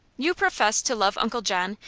you profess to love uncle john,